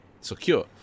secure